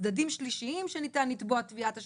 צדדים שלישיים שניתן לתבוע תביעת השבה,